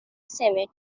cemetery